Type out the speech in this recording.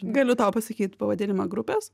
galiu tau pasakyt pavadinimą grupės